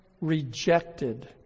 rejected